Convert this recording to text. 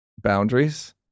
boundaries